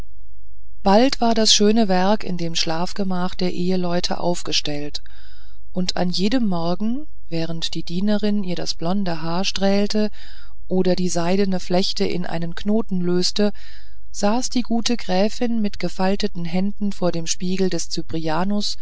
bald war das schöne werk in dem schlafgemach der eheleute aufgestellt und an jedem morgen während die dienerin ihr das blonde haar strählte oder die seidene flechte in einen knoten löste saß die gute gräfin mit gefalteten händen vor dem spiegel des